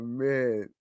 man